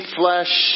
flesh